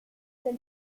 del